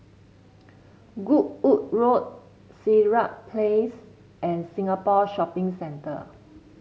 Goodwood Road Sirat Place and Singapore Shopping Centre